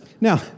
Now